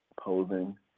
posing